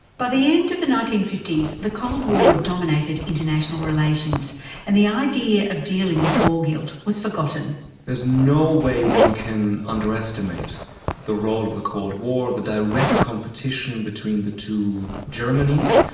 by the end of the nineteen fifty s the cold war dominated international relations and the idea of dealing with war guilt was forgotten. there is no way one can underestimate the role of the cold war, the direct competition between the two germanys.